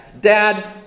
Dad